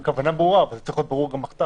הכוונה ברורה, אבל זה צריך להיות ברור גם בכתב.